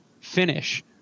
finish